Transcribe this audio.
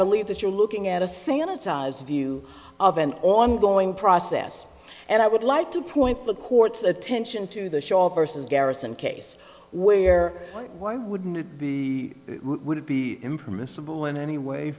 believe that you're looking at a sanitized view of an ongoing process and i would like to point the court's attention to the shawl versus garrison case where why wouldn't it be would it be impermissible in any way